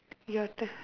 your turn